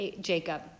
Jacob